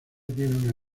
tiene